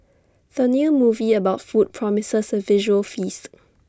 the new movie about food promises A visual feast